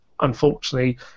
unfortunately